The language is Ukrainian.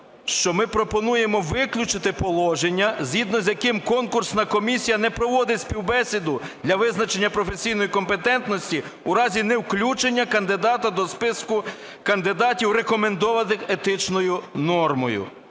що ми пропонуємо виключити положення, згідно з яким конкурсна комісія не проводить співбесіду для визначення професійної компетентності у разі невключення кандидата до списку кандидатів, рекомендованих Етичною радою.